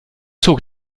zog